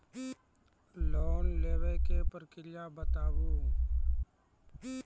Loan लेवे के प्रक्रिया बताहू?